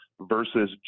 versus